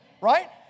Right